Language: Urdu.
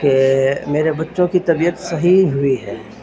کہ میرے بچوں کی طبیعت صحیح ہوئی ہے